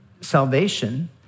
salvation